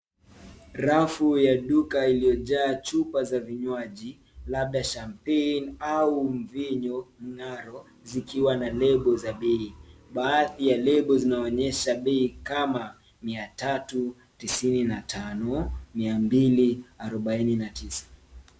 Rafu ya duka iliyo jaa chupa za vinywaji labda champagne au mvinyo mng'aro zikiwa na lebo za bei. Baadhi ya lebo zinaonyesha bei kama mia tatu tisini na tano, mia mbili arubaini na tisa.